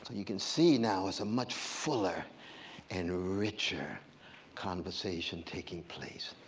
so you can see now it's a much fuller and richer conversation taking place.